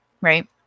Right